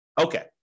Okay